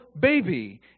baby